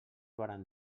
varen